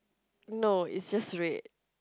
no it's just red